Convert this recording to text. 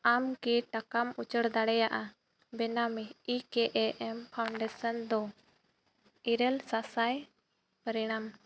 ᱟᱢ ᱠᱤ ᱴᱟᱠᱟᱢ ᱩᱪᱟᱹᱲ ᱫᱟᱲᱮᱭᱟᱜᱼᱟ ᱵᱮᱱᱟᱣ ᱢᱮ ᱤ ᱠᱮᱹ ᱮᱹ ᱮᱢ ᱯᱷᱟᱣᱩᱱᱰᱮᱥᱚᱱ ᱫᱚ ᱤᱨᱟᱹᱞ ᱥᱟᱥᱟᱭ ᱯᱟᱨᱤᱱᱟᱢ